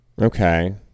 Okay